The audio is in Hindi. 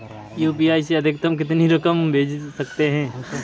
यू.पी.आई से अधिकतम कितनी रकम भेज सकते हैं?